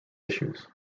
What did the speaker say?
issues